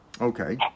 Okay